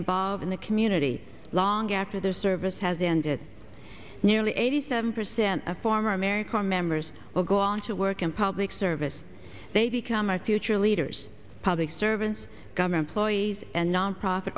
involved in the community long after their service has ended nearly eighty seven percent of former ameri corps members will go on to work in public service they become our future leaders public servants government employees and nonprofit